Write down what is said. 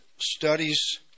Studies